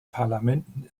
parlamenten